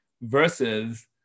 versus